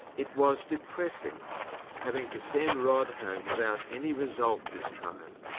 it was depressing having to send rod home without any result this time,